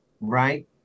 right